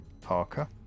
Parker